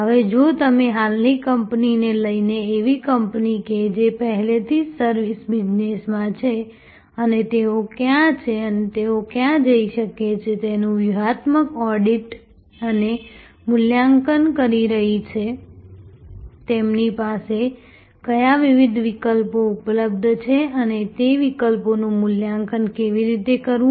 હવે જો આપણે હાલની કંપનીને લઈએ એવી કંપની કે જે પહેલેથી જ સર્વિસ બિઝનેસમાં છે અને તેઓ ક્યાં છે અને તેઓ ક્યાં જઈ શકે છે તેનું વ્યૂહાત્મક ઓડિટ અને મૂલ્યાંકન કરી રહી છે તેમની પાસે કયા વિવિધ વિકલ્પો ઉપલબ્ધ છે અને તે વિકલ્પોનું મૂલ્યાંકન કેવી રીતે કરવું